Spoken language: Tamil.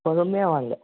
பொறுமையாக வாங்க